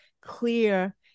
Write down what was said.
clear